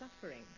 suffering